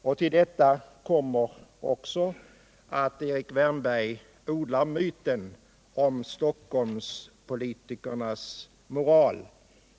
Därtill kommer också att Erik Wärnberg odlar myten om Stockholmspolitikernas moral.